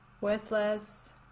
worthless